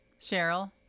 Cheryl